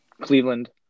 Cleveland